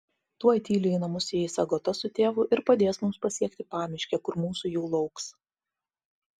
tuoj tyliai į namus įeis agota su tėvu ir padės mums pasiekti pamiškę kur mūsų jau lauks